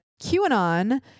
QAnon